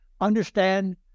understand